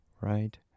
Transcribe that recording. right